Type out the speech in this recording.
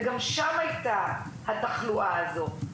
וגם שם היתה התחלואה הזאת.